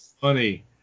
funny